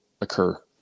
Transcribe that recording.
occur